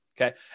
okay